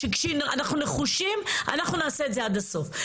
שכשאנחנו נחושים אנחנו נעשה את זה עד הסוף.